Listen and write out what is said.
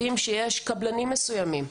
יודעים שיש קבלנים מסוימים,